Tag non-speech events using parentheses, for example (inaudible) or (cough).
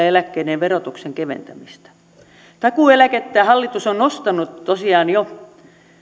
(unintelligible) eläkkeiden verotuksen keventämistä takuueläkettä hallitus on nostanut tosiaan jo